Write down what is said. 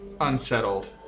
unsettled